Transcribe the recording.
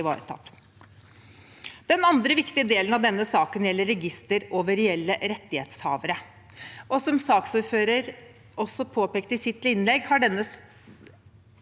Den andre viktige delen av denne saken gjelder register over reelle rettighetshavere. Som saksordføreren også påpekte i sitt innlegg, har utfordringer